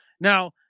Now